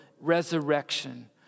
resurrection